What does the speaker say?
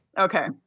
Okay